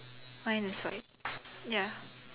mine is white ya